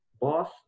boss